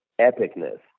epicness